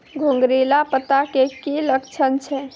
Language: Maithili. घुंगरीला पत्ता के की लक्छण छै?